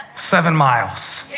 seven miles.